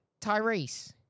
Tyrese